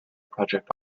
project